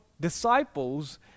disciples